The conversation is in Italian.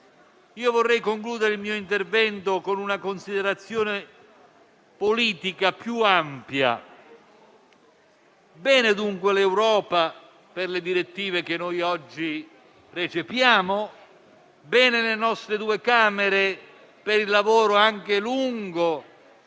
Vorrei concludere il mio intervento con una considerazione politica più ampia: bene dunque l'Europa per le direttive che noi oggi recepiamo, bene le nostre due Camere per il lavoro anche lungo,